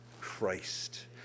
Christ